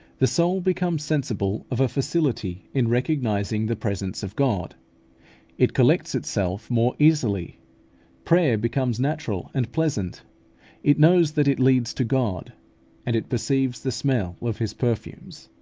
the soul becomes sensible of a facility in recognising the presence of god it collects itself more easily prayer becomes natural and pleasant it knows that it leads to god and it perceives the smell of his perfumes.